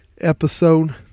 episode